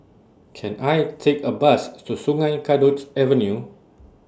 Can I Take A Bus to Sungei Kadut Avenue